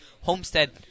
Homestead